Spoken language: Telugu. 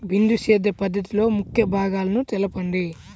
బిందు సేద్య పద్ధతిలో ముఖ్య భాగాలను తెలుపండి?